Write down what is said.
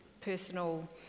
personal